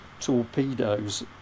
torpedoes